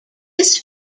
this